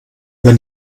wir